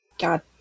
god